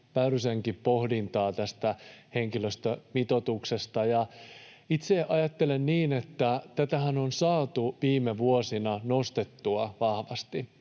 Väyrysenkin pohdintaa tästä henkilöstömitoituksesta. Itse ajattelen niin, että tätähän on saatu viime vuosina nostettua vahvasti,